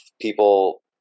people